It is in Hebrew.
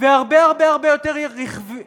והרבה הרבה הרבה יותר רווחי